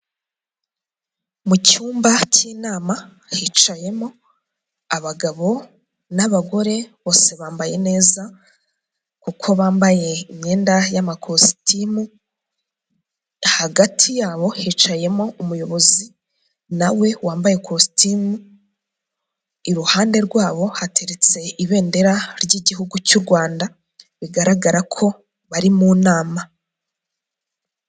Mu cyumba cy'inama hicayemo abagabo n'abagore bose bambaye neza, kuko bambaye imyenda y'amakositimu. Hagati yabo hicayemo umuyobozi nawe wambaye kositimu, iruhande rwabo hateretse ibendera ry'igihugu cy'u Rwanda, bigaragara ko bari mu nama.